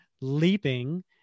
leaping